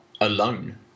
alone